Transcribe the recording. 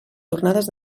jornades